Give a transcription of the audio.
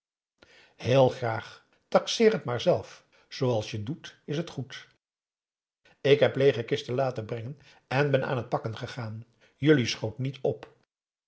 heel graag taxeer t maar zelf zooals je doet is het goed ik heb leege kisten laten brengen en ben aan het pakken gegaan jullie schoot niet op